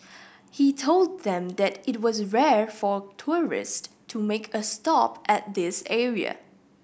he told them that it was rare for tourist to make a stop at this area